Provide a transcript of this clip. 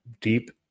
Deep